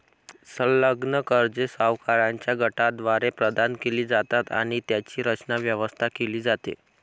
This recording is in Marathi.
संलग्न कर्जे सावकारांच्या गटाद्वारे प्रदान केली जातात आणि त्यांची रचना, व्यवस्था केली जाते